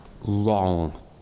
wrong